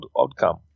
outcome